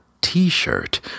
t-shirt